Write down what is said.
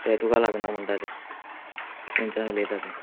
ते तुका लागना म्हणटा ते खंयच्यान उलयता ते